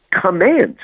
commands